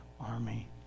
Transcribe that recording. army